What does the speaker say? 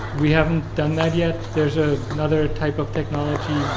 we haven't done that yet. there's ah another type of technology